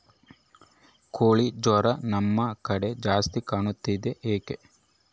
ಕೋಳಿ ಜ್ವರ ನಮ್ಮ ಕಡೆ ಜಾಸ್ತಿ ಕಾಣುತ್ತದೆ ಏಕೆ?